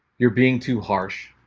you're being too harsh.